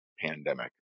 pandemic